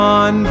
on